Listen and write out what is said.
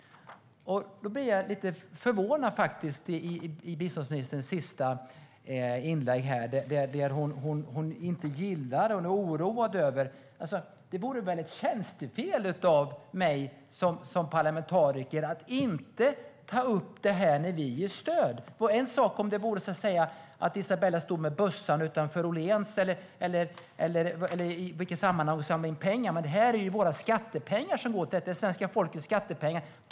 Därför blev jag lite förvånad över biståndsministerns senaste inlägg, där hon säger att hon är oroad över den här debatten. Det vore väl ett tjänstefel av mig som parlamentariker att inte ta upp det här eftersom vi ger stöd. En sak vore om Isabella stod med bössan utanför Åhléns och samlade in pengar, men här är det ju svenska folkets skattepengar som används.